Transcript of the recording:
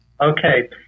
okay